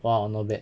!wow! not bad